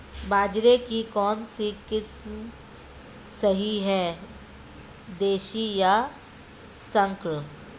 बाजरे की कौनसी किस्म सही हैं देशी या संकर?